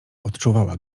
odczuwała